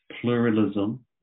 Pluralism